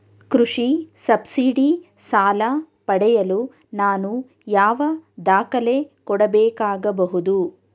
ಕೃಷಿ ಸಬ್ಸಿಡಿ ಸಾಲ ಪಡೆಯಲು ನಾನು ಯಾವ ದಾಖಲೆ ಕೊಡಬೇಕಾಗಬಹುದು?